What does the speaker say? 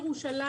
נכון.